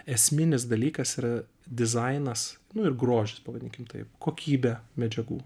esminis dalykas yra dizainas nu ir grožis pavadinkim taip kokybė medžiagų